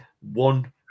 one